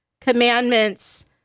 commandments